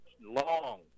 Long